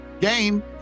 game